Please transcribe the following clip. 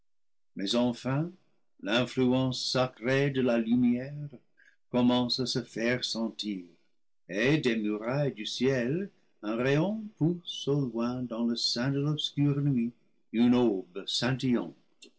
mais enfin l'influence sacrée de la lumière commence à se faire sentir et des murailles du ciel un rayon pousse au loin dans le sein de l'obscure nuit une aube